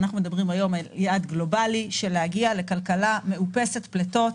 אנחנו מדברים היום על יעד גלובלי של להגיע לכלכלה מאופסת פליטות,